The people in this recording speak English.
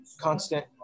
constant